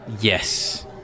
Yes